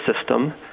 system